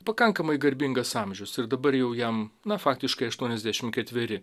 pakankamai garbingas amžius ir dabar jau jam na faktiškai aštuoniasdešimt ketveri